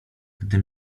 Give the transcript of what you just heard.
gdy